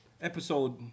Episode